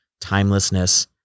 timelessness